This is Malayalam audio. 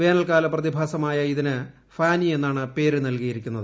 വേനൽക്കാല പ്രതിഭാസമായ ഇതിന് ഫാനി എന്നാണ് പേരു നല്കിയിരിക്കുന്നത്